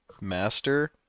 master